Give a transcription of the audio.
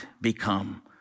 become